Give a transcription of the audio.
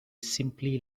simply